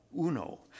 uno